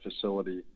facility